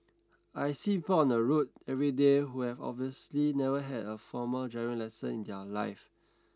I see people on the road everyday who have obviously never had a formal driving lesson in their life